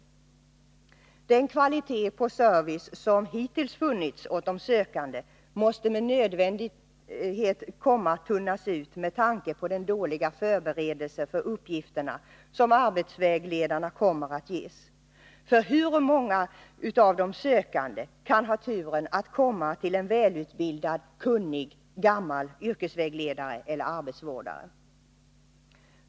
Den kvalitet på service som hittills funnits åt de sökande måste med nödvändighet komma att tunnas ut med tanke på den dåliga förberedelse för uppgifterna som arbetsvägledarna kommer att ges. För hur många av de sökande kan ha turen att komma till en välutbildad, kunnig ”gammal” yrkesvägledare eller arbetsvårdare?